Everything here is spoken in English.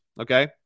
okay